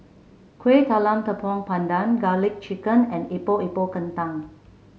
Kueh Talam Tepong Pandan garlic chicken and Epok Epok Kentang